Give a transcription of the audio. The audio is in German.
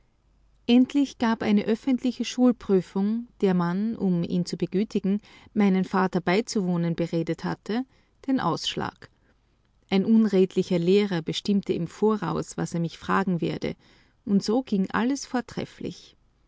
endlich gab eine öffentliche schulprüfung der man um ihn zu begütigen meinen vater beizuwohnen beredet hatte den ausschlag ein unredlicher lehrer bestimmte im voraus was er mich fragen werde und so ging alles vortrefflich